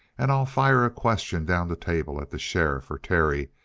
and i'll fire a question down the table at the sheriff or terry,